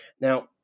Now